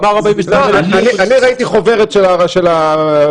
הוא אמר 42,000 --- ראיתי חוברת של המינהל,